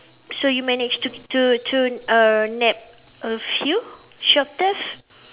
so you managed to to to uh nabbed a few shop theft